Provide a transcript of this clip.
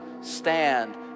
Stand